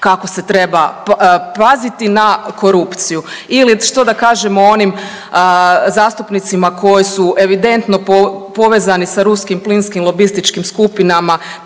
kako se treba paziti na korupciju. Ili što da kažem o onim zastupnicima koji su evidentno povezani sa ruskim plinskim lobističkim skupinama,